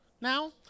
now